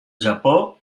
japó